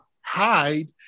hide